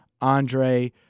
Andre